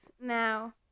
now